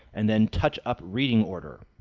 and then touch up reading order.